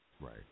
Right